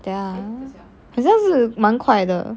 等下啊好像是蛮快的